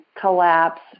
collapse